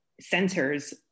centers